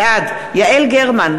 בעד יעל גרמן,